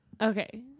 Okay